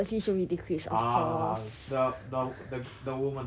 ah the the the the woman has spoken